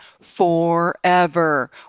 forever